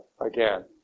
again